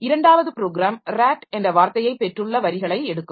இரண்டாவது program "rat" என்ற வார்த்தையைப் பெற்றுள்ள வரிகளை எடுக்கும்